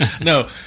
No